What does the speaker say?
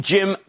Jim